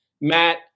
Matt